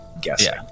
guessing